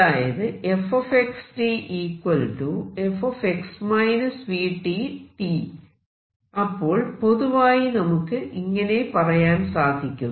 അതായത് അപ്പോൾ പൊതുവായി നമുക്ക് ഇങ്ങനെ പറയാൻ സാധിക്കും